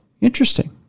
Interesting